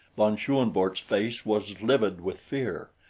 von schoenvorts' face was livid with fear,